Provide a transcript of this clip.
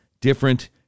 different